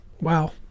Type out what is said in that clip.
Wow